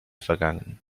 vergangen